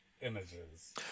images